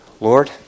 Lord